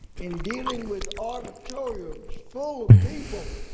in dealing with auditoriums full of people.